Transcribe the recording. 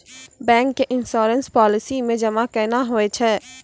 Bank के insurance policy मे जमा केना होय छै?